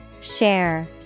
Share